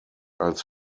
als